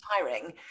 tiring